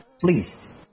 Please